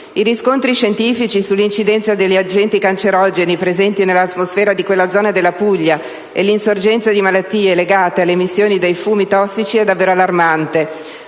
I riscontri scientifici sull'incidenza degli agenti cancerogeni presenti nell'atmosfera di quella zona della Puglia e l'insorgenza di malattie legate alle emissioni dei fumi tossici sono davvero allarmanti.